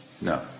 No